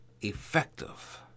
effective